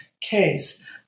case